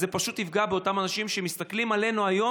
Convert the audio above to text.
אז זה פשוט יפגע באותם אנשים שמסתכלים עלינו היום,